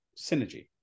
synergy